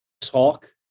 talk